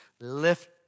lift